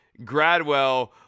Gradwell